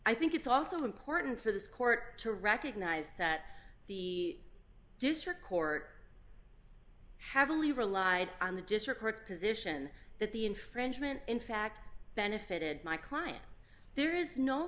i think it's also important for this court to recognize that the district court heavily relied on the district courts position that the infringement in fact benefited my client there is no